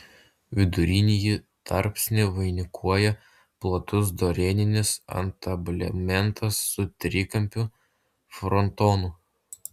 vidurinįjį tarpsnį vainikuoja platus dorėninis antablementas su trikampiu frontonu